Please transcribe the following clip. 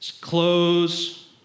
Close